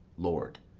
lord.